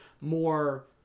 more